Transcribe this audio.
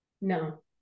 No